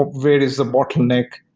where is the bottleneck,